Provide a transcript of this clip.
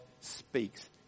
speaks